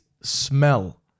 smell